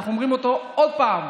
אנחנו אומרים אותו עוד פעם,